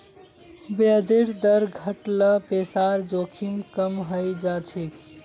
ब्याजेर दर घट ल पैसार जोखिम कम हइ जा छेक